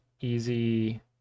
easy